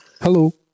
Hello